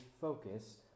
focus